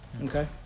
Okay